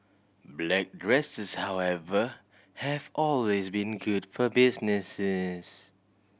black dresses however have always been good for businesses